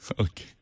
Okay